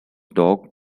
dog